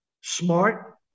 smart